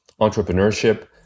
entrepreneurship